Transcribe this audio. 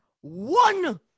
one